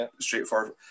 straightforward